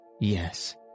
Yes